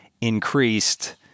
increased